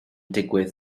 digwydd